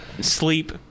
sleep